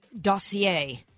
dossier